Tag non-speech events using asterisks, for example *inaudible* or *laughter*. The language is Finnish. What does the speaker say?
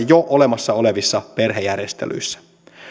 *unintelligible* jo olemassa olevissa perhejärjestelyissä